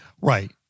Right